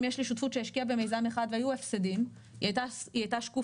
אם יש לי שותפות שהשקיעה במיזם אחד והיו לי הפסדים היא הייתה שקופה,